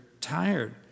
tired